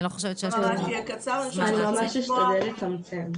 אני ממש אשתדל לצמצם.